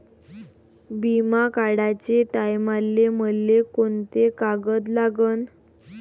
बिमा काढाचे टायमाले मले कोंते कागद लागन?